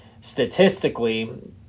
statistically